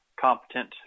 competent